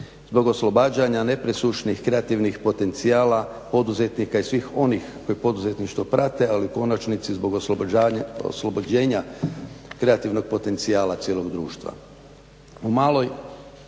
zbog oslobađanja nepresušnih kreativnih potencijala, poduzetnika i svih onih koji poduzetništvo prate ali u konačnici zbog oslobođenja kreativnog potencijala cijelog društva.